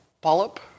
polyp